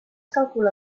calcula